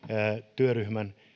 työryhmän